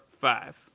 five